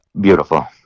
Beautiful